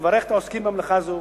אני מברך את העוסקים במלאכה זו